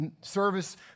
service